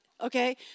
okay